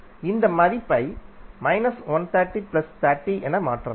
இந்த மதிப்பை 130 30 என மாற்றலாம்